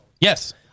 yes